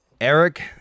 Eric